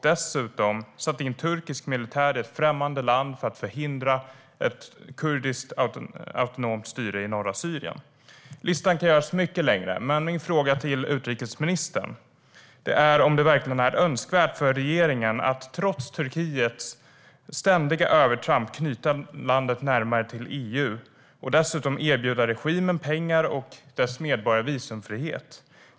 Dessutom har man satt in turkisk militär i ett främmande land för att förhindra ett kurdiskt autonomt styre i norra Syrien. Listan kan göras mycket längre, men min fråga till utrikesministern är om det verkligen är önskvärt för regeringen att trots Turkiets ständiga övertramp knyta landet närmare EU och dessutom erbjuda regimen pengar och dess medborgare visumfrihet.